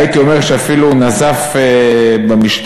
והייתי אומר שאפילו הוא נזף במשטרה.